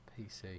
PC